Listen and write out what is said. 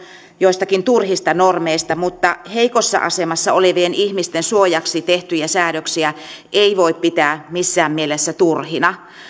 joistakin turhista normeista mutta heikossa asemassa olevien ihmisten suojaksi tehtyjä säädöksiä ei voi pitää missään mielessä turhina